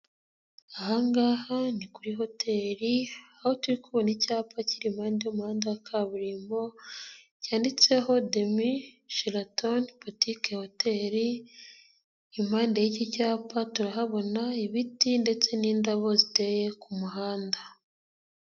Ahangaha ni kuri hotel, aho turi kubona icyapa kiri irihunde w'umuhanda wa kaburimbo cyanditseho demi-shiraton poutique hotel, ipande y'iki cyapa turahabona ibiti ndetse n'indabo ziteye ku kumuhanda.